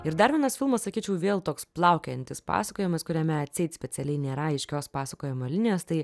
ir dar vienas filmas sakyčiau vėl toks plaukiojantis pasakojimas kuriame atseit specialiai nėra aiškios pasakojimo linijas tai